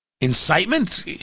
Incitement